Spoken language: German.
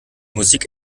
musik